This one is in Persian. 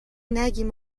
نگیم